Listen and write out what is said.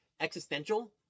existential